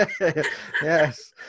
Yes